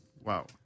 Wow